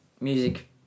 music